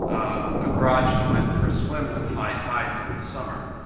a garage that went for a swim with high tides in the summer.